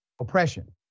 oppression